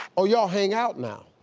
oh, y'all hang out now?